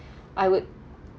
I would